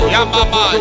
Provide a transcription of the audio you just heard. Yamama